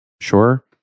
sure